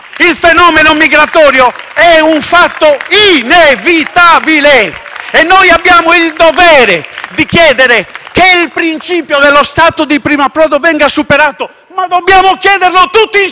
Il fenomeno migratorio è un fatto inevitabile e noi abbiamo il dovere di chiedere che il principio dello Stato di primo approdo venga superato, ma dobbiamo chiederlo tutti insieme